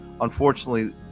unfortunately